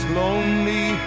lonely